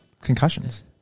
Concussions